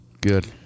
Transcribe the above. Good